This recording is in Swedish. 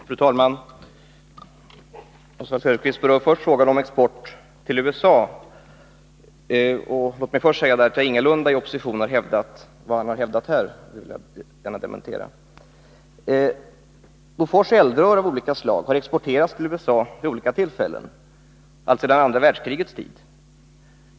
Fru talman! Oswald Söderqvist berör frågan om export till USA. Låt mig först säga att jag ingalunda, när vi var i oppositionsställning, uttryckt samma uppfattning som han om USA. Det vill jag dementera. Bofors eldrör av olika slag har exporterats till USA vid olika tillfällen alltsedan andra världskrigets tid.